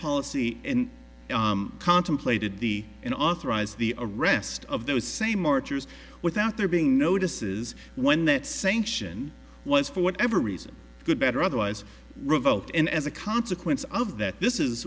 policy contemplated the and authorize the arrest of those same marchers without there being notices when that sanction was for whatever reason good better otherwise revote and as a consequence of that this is